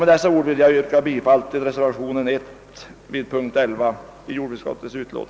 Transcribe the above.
Med dessa ord ber jag att få yrka bifall till reservationen 1.